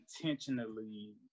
intentionally